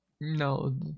No